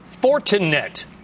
Fortinet